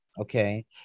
Okay